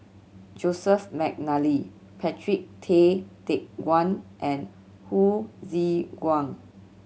Joseph McNally Patrick Tay Teck Guan and Hsu Tse Kwang